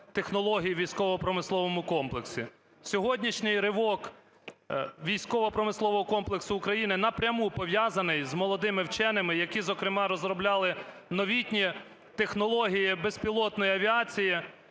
технологій у військово-промисловому комплексі. Сьогоднішній ривок військово-промислового комплексу України напряму пов'язаний з молодими вченими, які, зокрема, розробляли новітні технології безпілотної авіації.